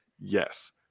Yes